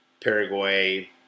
Paraguay